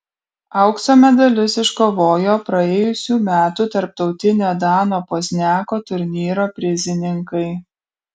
aukso medalius iškovojo praėjusių metų tarptautinio dano pozniako turnyro prizininkai